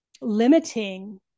limiting